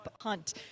hunt